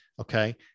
okay